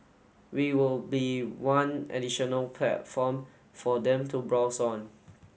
we will be one additional platform for them to browse on